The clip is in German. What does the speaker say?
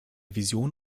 vision